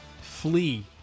flee